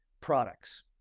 products